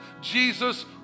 Jesus